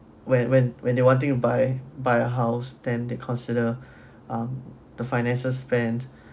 when when when they wanting to buy buy a house then they consider um the finances spent